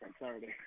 Saturday